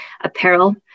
apparel